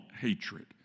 hatred